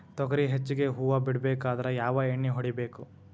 ತೊಗರಿ ಹೆಚ್ಚಿಗಿ ಹೂವ ಬಿಡಬೇಕಾದ್ರ ಯಾವ ಎಣ್ಣಿ ಹೊಡಿಬೇಕು?